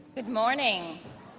good morning.